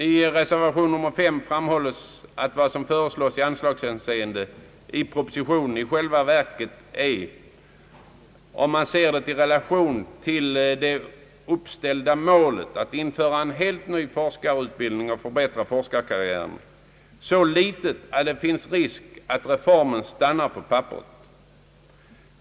I reservation 5 framhålles att vad som föreslås i anslagshänseende i propositionen i själva verket är — om man ser det i relation till det uppställda målet att införa en helt ny forskarutbildning och förbättra forskarkarriären — så litet att det finns risk för att reformen stannar på papperet.